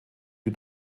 die